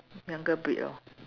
younger breed ah